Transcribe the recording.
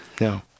no